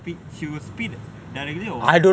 she will spit directly or [what]